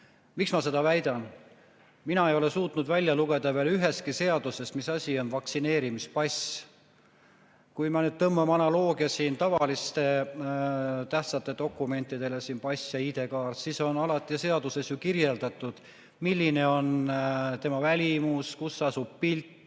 Miks ma seda väidan? Mina ei ole suutnud välja lugeda veel ühestki seadusest, mis asi on vaktsineerimispass. Kui me nüüd tõmbame analoogia siin tavaliste tähtsate dokumentidega, nagu pass ja ID-kaart, siis on alati seaduses ju kirjeldatud, milline on tema välimus, kus asub pilt,